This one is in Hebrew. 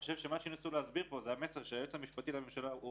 מה שניסו להסביר פה זה המסר שהיועץ המשפטי לממשלה הוא